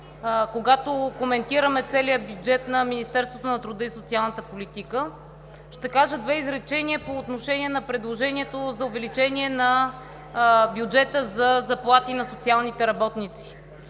когато коментираме целия бюджет на Министерството на труда и социалната политика. Ще кажа две изречения по отношение на предложението за увеличение на бюджета за заплати на социалните работници.